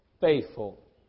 faithful